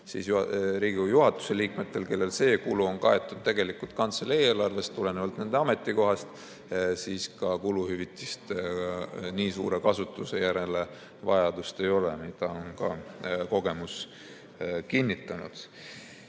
siis Riigikogu juhatuse liikmetel, kellel see kulu on kaetud kantselei eelarvest tulenevalt nende ametikohast, kuluhüvitiste nii suure kasutuse järele vajadust ei ole. Seda on ka kogemus kinnitanud.